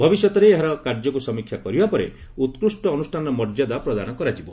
ଭବିଷ୍ୟତରେ ଏହାର କାର୍ଯ୍ୟକୁ ସମୀକ୍ଷା କରିବା ପରେ ଉକ୍ତିଷ୍ଟ ଅନୁଷ୍ଠାନର ମର୍ଯ୍ୟଦା ପ୍ରଦାନ କରାଯିବ